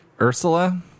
Ursula